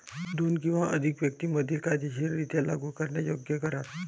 दोन किंवा अधिक व्यक्तीं मधील कायदेशीररित्या लागू करण्यायोग्य करार